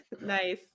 Nice